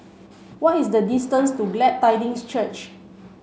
what is the distance to Glad Tidings Church